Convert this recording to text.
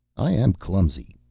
i am clumsy,